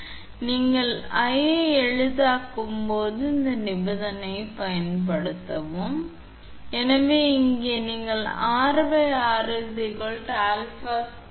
𝑉 𝛼 1 ln 𝛼 நீங்கள் 𝑟1 ஐ எளிதாக்குக இந்த நிபந்தனையைப் பயன்படுத்தவும்𝑟1 𝑟𝛼 பின்னர் நீங்கள் காணலாம் 𝛼 ரத்து செய்யப்படும் மற்றும் அது ஆக இருக்கும் 𝑟 𝛼1 ln 𝛼